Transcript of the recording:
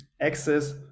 access